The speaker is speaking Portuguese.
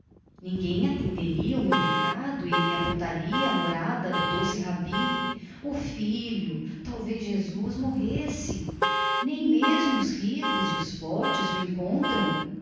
ninguém atenderia o meu recado e me apontaria a morada do doce rabi oh filho talvez jesus morresse nem mesmo os ricos e os fortes o encontram